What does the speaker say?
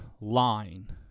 line